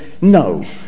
No